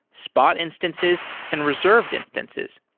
spot instances and reserved instances.